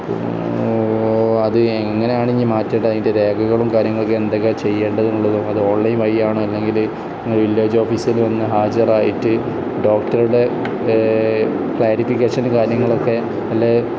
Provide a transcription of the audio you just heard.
അപ്പം അത് എങ്ങനെയാണ് ഇനി മാറ്റേണ്ടത് അതിൻ്റെ രേഖകളും കാര്യങ്ങളൊക്കെ എന്തൊക്കെയാണ് ചെയ്യേണ്ടതുള്ളതും അത് ഓൺലൈൻ വഴിയാണോ അല്ലെങ്കിൽ വില്ലേജ് ഓഫീസിൽ വന്നു ഹാജരായിട്ട് ഡോക്ടറുടെ ക്ലാരിഫിക്കേഷന കാര്യങ്ങളൊക്കെ നല്ല